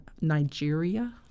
Nigeria